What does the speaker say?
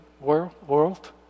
world